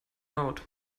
out